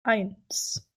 eins